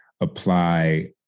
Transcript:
apply